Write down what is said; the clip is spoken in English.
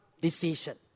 decision